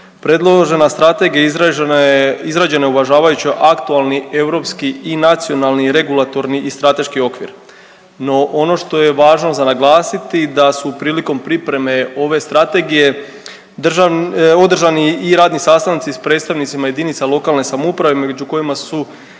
Predložena strategija izrađena je uvažavajući aktualni europski i nacionalni, regulatorni i strateški okvir. no ono što je važno za naglasiti da su prilikom pripreme ove strategije održani i radni sastanci s predstavnicima jedinica lokalne samouprave među kojima su